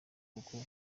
kuko